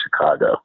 Chicago